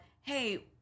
Hey